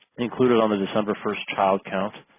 included on the december first child count?